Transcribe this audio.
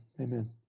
amen